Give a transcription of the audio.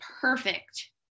perfect